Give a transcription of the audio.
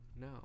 No